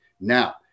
Now